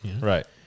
Right